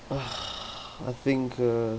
ah I think uh